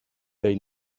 they